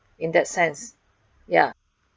in that sense ya